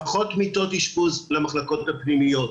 פחות מיטות אשפוז למחלקות הפנימיות.